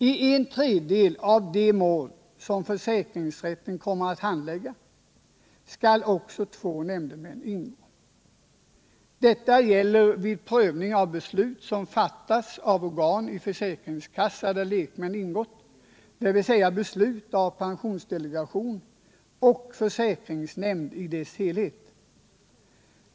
I en tredjedel av de mål som försäkringsrätten kommer att handlägga skall också två nämndemän ingå. Detta gäller vid prövning av beslut som fattats av organ i försäkringskassa där lekmän ingått, dvs. beslut av pensionsdelegation och försäkringsnämnd i dess helhet.